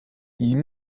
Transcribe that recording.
ihm